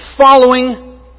following